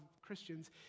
Christians